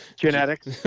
Genetics